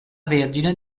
vergine